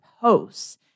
posts